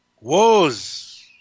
Woes